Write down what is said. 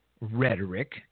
rhetoric